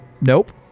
Nope